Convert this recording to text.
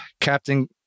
Captain